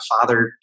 father